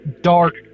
dark